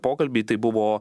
pokalbį tai buvo